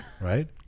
Right